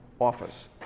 office